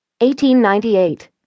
1898